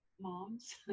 moms